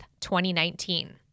2019